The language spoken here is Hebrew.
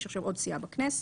יש עכשיו עוד סיעה בכנסת.